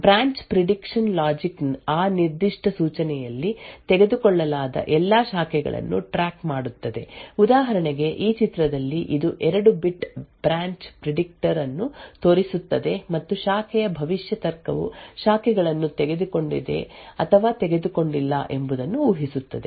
branch prediction logic ಆ ನಿರ್ದಿಷ್ಟ ಸೂಚನೆಯಲ್ಲಿ ತೆಗೆದುಕೊಳ್ಳಲಾದ ಎಲ್ಲಾ ಶಾಖೆಗಳನ್ನು ಟ್ರ್ಯಾಕ್ ಮಾಡುತ್ತದೆ ಉದಾಹರಣೆಗೆ ಈ ಚಿತ್ರದಲ್ಲಿ ಇದು 2 ಬಿಟ್ ಬ್ರಾಂಚ್ ಪ್ರಿಡಿಕ್ಟರ್ ಅನ್ನು ತೋರಿಸುತ್ತದೆ ಮತ್ತು ಶಾಖೆಯ ಭವಿಷ್ಯ ತರ್ಕವು ಶಾಖೆಗಳನ್ನು ತೆಗೆದುಕೊಂಡಿದೆ ಅಥವಾ ತೆಗೆದುಕೊಂಡಿಲ್ಲ ಎಂಬುದನ್ನು ಊಹಿಸುತ್ತದೆ